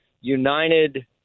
United